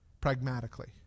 pragmatically